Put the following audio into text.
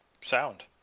sound